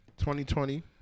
2020